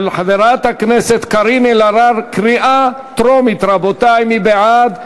של חברת הכנסת קארין אלהרר, קריאה טרומית, מי בעד?